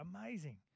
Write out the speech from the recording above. Amazing